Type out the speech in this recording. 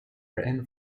written